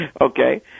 Okay